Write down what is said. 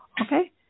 Okay